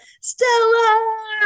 Stella